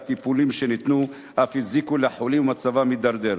והטיפולים שניתנו אף הזיקו לחולים ומצבם הידרדר.